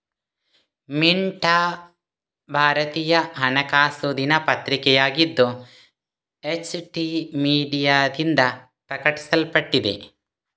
ಮಿಂಟಾ ಭಾರತೀಯ ಹಣಕಾಸು ದಿನಪತ್ರಿಕೆಯಾಗಿದ್ದು, ಎಚ್.ಟಿ ಮೀಡಿಯಾದಿಂದ ಪ್ರಕಟಿಸಲ್ಪಟ್ಟಿದೆ